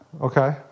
Okay